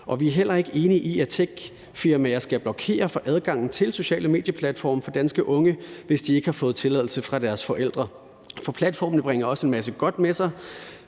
Vi er heller ikke enige i, at techfirmaer skal blokere for adgangen til sociale medier-platforme for danske unge, hvis de ikke har fået tilladelse fra deres forældre, for platformene bringer også en masse godt med sig.